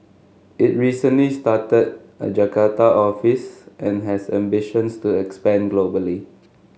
it recently started a Jakarta office and has ambitions to expand globally